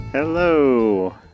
Hello